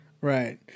Right